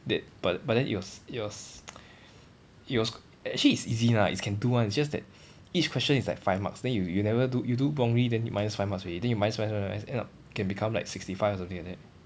that but but then it was it was it was actually is easy lah is can do [one] it's just that each question is like five marks then you you never do you do wrongly then you minus five marks already then you minus minus minus end up can become like sixty five or something like that